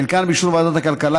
חלקן באישור ועדת הכלכלה.